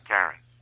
Karen